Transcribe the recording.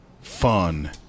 fun